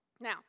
Now